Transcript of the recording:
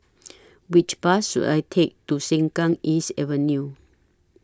Which Bus should I Take to Sengkang East Avenue